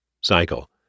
cycle